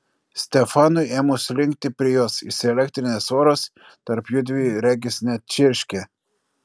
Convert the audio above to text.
stefanui ėmus linkti prie jos įsielektrinęs oras tarp jųdviejų regis net čirškė